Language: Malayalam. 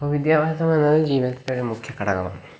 അപ്പോള് വിദ്യാഭ്യാസമെന്നത് ജീവിതത്തിന്റെ മുഖ്യ ഘടകമാണ്